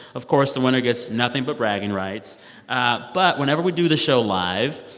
of course, the winner gets nothing but bragging rights ah but whenever we do the show live,